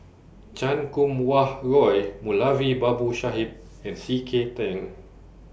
Chan Kum Wah Roy Moulavi Babu Sahib and C K Tang